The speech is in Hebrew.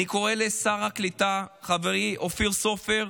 אני קורא לשר הקליטה חברי אופיר סופר,